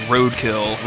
Roadkill